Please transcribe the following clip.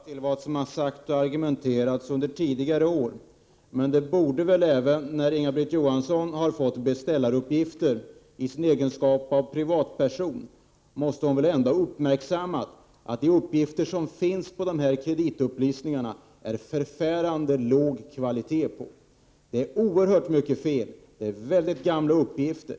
Herr talman! Jag tycker det som Inga-Britt Johansson säger är något märkligt. Hon hänvisar bara till de uttalanden och den argumentation som förekommit tidigare år. Men när Inga-Britt Johansson i sin egenskap av privatperson har fått beställaruppgifter måste hon väl ändå ha uppmärksammat att det är förfärligt låg kvalitet på de uppgifter som finns på kreditupplysningarna. Det är oerhört många fel, och det är mycket gamla uppgifter.